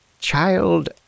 child